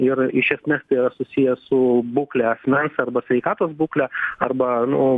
ir iš esmės tai yra susiję su būkle asmens arba sveikatos būkle arba nu